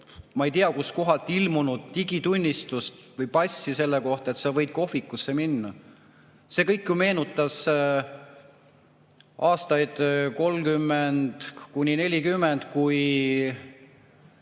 ma ei tea kust kohast ilmunud digitunnistust või ‑passi selle kohta, et sa võid kohvikusse minna? See kõik meenutas 1930.